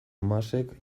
masek